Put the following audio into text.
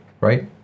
right